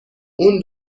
اون